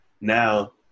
now